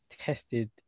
tested